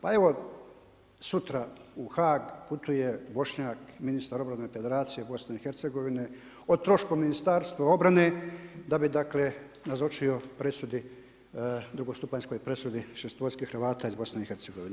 Pa evo sutra u Haag putuje Bošnjak ministar obrane Federacije BiH o trošku ministarstva obrane da bi nazočio presudi drugostupanjskoj presudi šestorki Hrvata iz BiH.